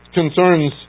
concerns